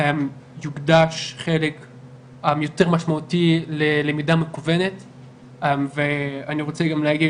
יוקדש חלק יותר משמעותי ללמידה מקוונת ואני רוצה גם להגיד